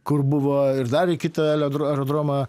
kur buvo ir dar į kitą aerodromą